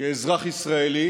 כאזרח ישראלי,